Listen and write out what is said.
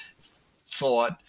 thought